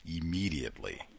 immediately